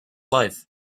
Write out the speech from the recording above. life